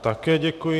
Také děkuji.